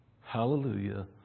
Hallelujah